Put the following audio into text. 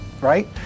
Right